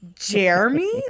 Jeremy